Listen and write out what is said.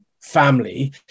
family